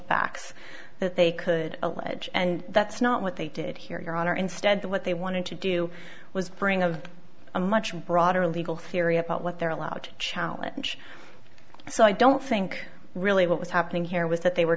facts that they could allege and that's not what they did here your honor instead what they wanted to do was bring of a much broader legal theory about what they're allowed to challenge so i don't think really what was happening here was that they were